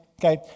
Okay